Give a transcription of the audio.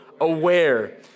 aware